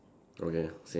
okay same